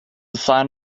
sign